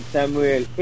Samuel